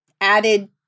added